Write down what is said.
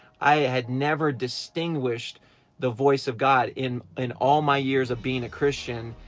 i had never distinguished the voice of god, in and all my years of being a christian.